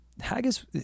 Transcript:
Haggis